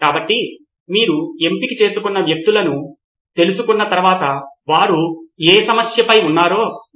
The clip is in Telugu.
కాబట్టి మా చివరి వీడియోలో సంఘర్షణ లేదా మనము మాట్లాడుతున్న సమస్య కోసం మనము ఆశించిన ఫలితాన్ని తీసుకున్నాము అంటే భాగస్వామ్యం చేయబడిన నోట్స్ ల సంఖ్య